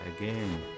again